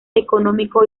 económico